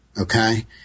Okay